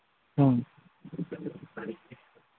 ꯎꯝ